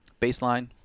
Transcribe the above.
baseline